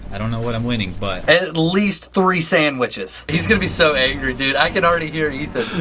i don't know what i'm winning, but. at least three sandwiches. he's going to be so angry dude, i can already hear ethan.